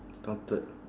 counted